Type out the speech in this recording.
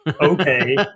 Okay